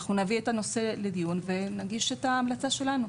אנחנו נביא את הנושא לדיון ונגיש את ההמלצה שלנו.